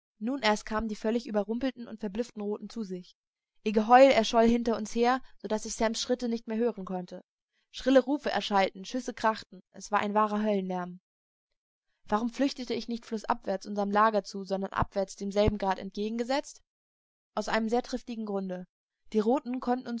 nun erst kamen die völlig überrumpelten und verblüfften roten zu sich ihr geheul erscholl hinter uns her so daß ich sams schritte nicht mehr hören konnte schrille rufe erschallten schüsse krachten es war ein wahrer höllenlärm warum flüchtete ich nicht flußaufwärts unserm lager zu sondern abwärts demselben grad entgegengesetzt aus einem sehr triftigen grunde die roten konnten